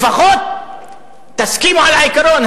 לפחות תסכימו על העיקרון.